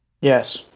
Yes